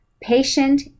patient